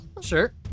Sure